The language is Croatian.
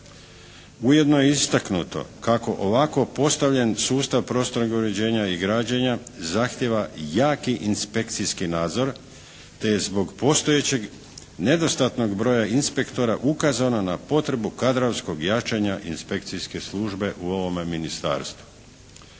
Ujedno je istaknuto kako ovako postavljen sustav prostornog uređenja i građenja zahtijeva jaki inspekcijski nadzor, te je zbog postojećeg nedostatnog broja inspektora ukazano na potrebu kadrovskog jačanja inspekcijske službe u ovom ministarstvu.